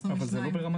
ברוכים הבאים.